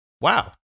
Wow